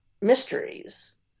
mysteries